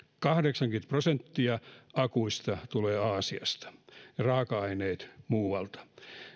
kahdeksankymmentä prosenttia akuista tulee aasiasta ja raaka aineet muualta